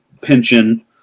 pension